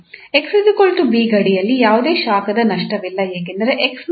𝑥 𝑏 ಗಡಿಯಲ್ಲಿ ಯಾವುದೇ ಶಾಖದ ನಷ್ಟವಿಲ್ಲ ಏಕೆಂದರೆ 𝑥 ನ ದಿಕ್ಕಿನಲ್ಲಿ ಇರುವ ಹರಿವಾಗಿದೆ